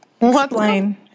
Explain